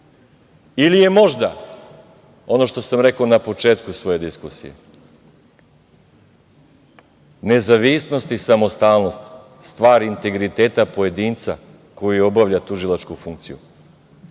je možda, ono što sam rekao na početku svoje diskusije, nezavisnost i samostalnost stvar integriteta pojedinca koji obavlja tužilačku funkciju.